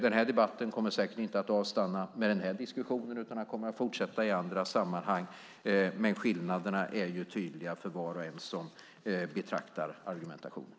Den här debatten kommer säkert inte att avstanna med den här diskussionen utan den kommer att fortsätta i andra sammanhang, men skillnaderna är tydliga för var och en som betraktar argumentationen.